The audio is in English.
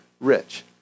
rich